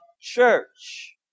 church